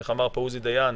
איך אמר עוזי דיין,